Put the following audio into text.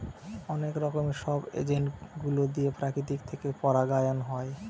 অনেক রকমের সব এজেন্ট গুলো দিয়ে প্রকৃতি থেকে পরাগায়ন হয়